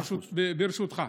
ברשותך.